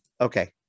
Okay